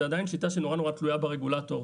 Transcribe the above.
זו עדיין שיטה שמאוד תלויה ברגולטור,